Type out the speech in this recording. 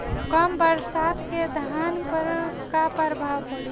कम बरसात के धान पर का प्रभाव पड़ी?